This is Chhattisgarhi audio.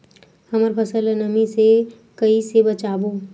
हमर फसल ल नमी से क ई से बचाबो?